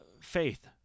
Faith